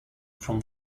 from